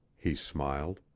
he smiled.